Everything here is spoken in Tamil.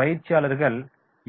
பயிற்சியாளர்கள்